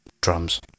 drums